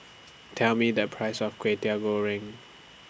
Tell Me The Price of Kway Teow Goreng